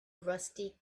rusty